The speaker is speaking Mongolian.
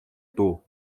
дүү